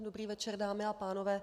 Dobrý večer, dámy a pánové.